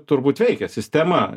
turbūt veikia sistema